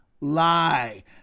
lie